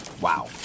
Wow